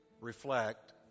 reflect